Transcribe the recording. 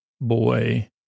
Boy